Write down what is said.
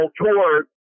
tours